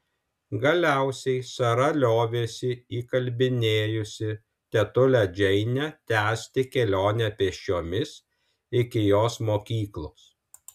galiausiai sara liovėsi įkalbinėjusi tetulę džeinę tęsti kelionę pėsčiomis iki jos mokyklos